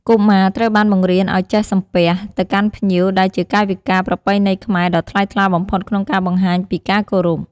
កុមារត្រូវបានបង្រៀនឲ្យ ចេះសំពះ ទៅកាន់ភ្ញៀវ ដែលជាកាយវិការប្រពៃណីខ្មែរដ៏ថ្លៃថ្លាបំផុតក្នុងការបង្ហាញពីការគោរព។